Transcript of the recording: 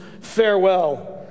farewell